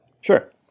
Sure